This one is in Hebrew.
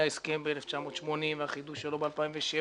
מההסכם ב-1980 והחידוש שלו ב-2007,